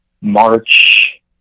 March